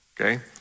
Okay